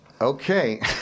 Okay